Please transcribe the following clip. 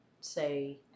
say